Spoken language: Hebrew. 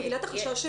את מבינה את החשש שלי?